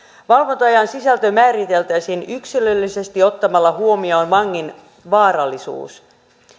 valvonta ajan sisältö määriteltäisiin yksilöllisesti ottamalla huomioon vangin vaarallisuus